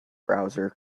browser